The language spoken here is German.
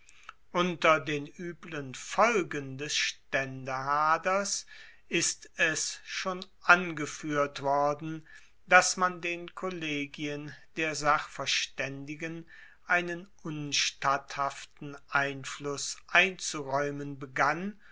unter den ueblen folgen des staendehaders ist es schon angefuehrt worden dass man den kollegien der sachverstaendigen einen unstatthaften einfluss einzuraeumen begann